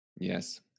Yes